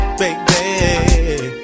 baby